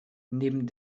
neben